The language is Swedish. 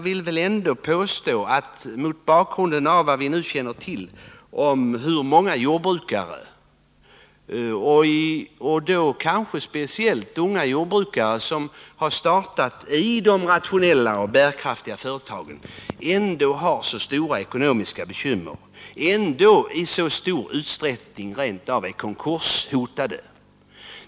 Vi känner nu till att många jordbrukare — då kanske speciellt unga jordbrukare, som har startat i rationella och bärkraftiga företag — ändå har betydande ekonomiska bekymmer och i stor utsträckning rent av är konkurshotade.